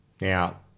now